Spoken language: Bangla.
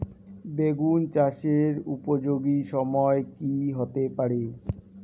বেগুন চাষের উপযোগী সময় কি হতে পারে?